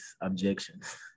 objections